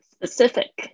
Specific